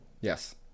Yes